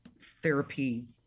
therapy